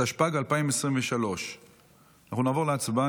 התשפ"ג 2023. אנחנו נעבור להצבעה.